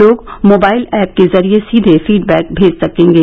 लोग mobile app के जरिये सीधे फीडबैक भेज सकेंगे